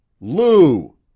Lou